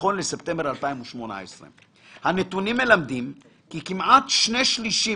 נכון לספטמבר 2018. הנתונים מלמדים כי כמעט שני שלישים